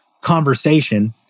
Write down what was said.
conversation